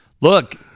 look